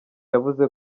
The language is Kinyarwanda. yavuze